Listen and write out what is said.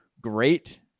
great